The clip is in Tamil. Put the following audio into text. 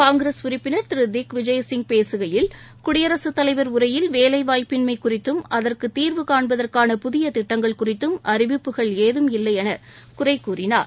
காங்கிரஸ் உறுப்பினர் திருதிக் விஜய் சிங பேசுகையில் குடியரசுத் தலைவர் உரையில் வேலைவாய்ப்பின்மைகுறித்தும் அதற்குதீர்வு காண்பதற்கான புதியதிட்டங்கள் குறித்தும் அறிவிப்புகள் ஏதும் இல்லைஎனகுறைகூறினார்